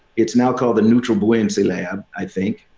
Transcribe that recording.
it's now called the neutral buoyancy lab, i think.